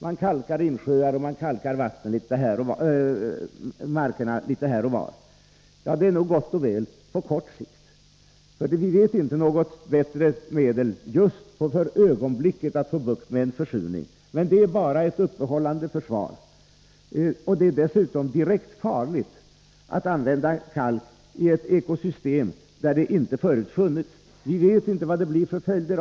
Man kalkar insjöar, och man kalkar markerna litet här och var. Ja, det är nog gott och väl på kort sikt, för vi känner inte till något bättre medel för att just för ögonblicket få bukt med en försurning. Men det är bara ett uppehållande försvar. Det är dessutom direkt farligt att använda kalk i ett ekosystem där det inte förut funnits kalk. Vi vet inte vad det blir för följder.